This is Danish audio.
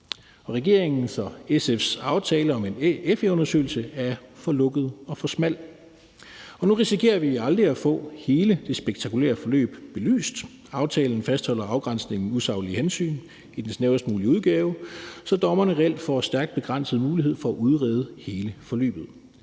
Regeringens og SF's aftale om en FE-undersøgelse er for lukket og for smal, og nu risikerer vi aldrig at få hele det spektakulære forløb belyst. Aftalen fastholder afgrænsningen med usaglige hensyni den snævrest mulige udgave, så dommerne reelt får stærkt begrænset mulighed for at udrede hele forløbet.